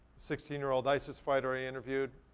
sixteen year old isis fighter i interviewed.